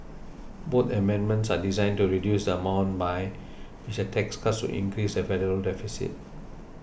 both amendments are designed to reduce the amount by which the tax cuts would increase the federal deficit